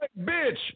bitch